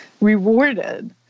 rewarded